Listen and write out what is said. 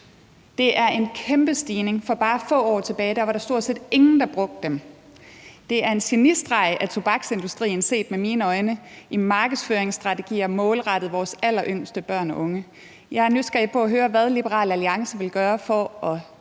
Det er en kæmpe stigning. For bare få år siden var der stort set ingen, der brugte dem. Det er set med mine øjne en genistreg fra tobaksindustriens side i en markedsføringsstrategi målrettet vores alleryngste børn og unge. Jeg nysgerrig på at høre, hvad Liberal Alliance vil gøre for at